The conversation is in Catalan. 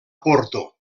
porto